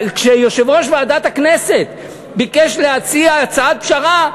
כשיושב-ראש ועדת הכנסת ביקש להציע הצעת פשרה,